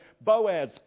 Boaz